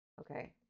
Okay